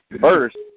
first